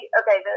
okay